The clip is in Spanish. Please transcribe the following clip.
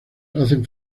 hacen